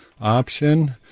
option